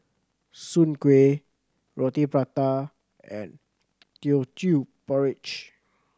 Soon Kueh Roti Prata and Teochew Porridge